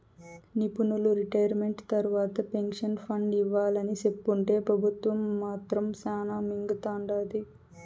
నిపునులు రిటైర్మెంట్ తర్వాత pension fund ఇవ్వాలని సెప్తుంటే పెబుత్వం మాత్రం శానా మింగతండాది